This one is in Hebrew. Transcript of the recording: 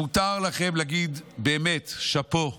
מותר לכם להגיד שאפו לממשלה,